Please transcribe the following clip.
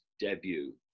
debut